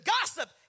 gossip